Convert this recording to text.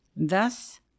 thus